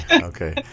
okay